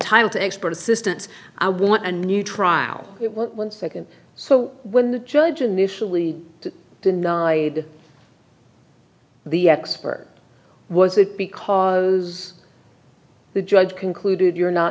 to expert assistance i want a new trial one second so when the judge unusually denied the expert was it because the judge concluded you're not